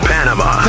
Panama